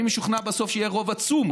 אני משוכנע שבסוף יהיה רוב עצום,